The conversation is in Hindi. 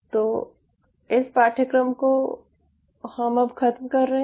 तो इस पाठ्यक्रम को हम अब खत्म कर रहे हैं